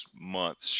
month's